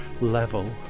level